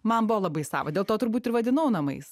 man buvo labai sava dėl to turbūt ir vadinau namais